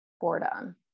boredom